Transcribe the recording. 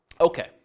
okay